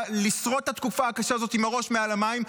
לשרוד את התקופה הקשה הזו עם הראש מעל המים,